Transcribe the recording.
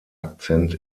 akzent